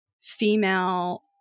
female